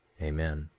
amen.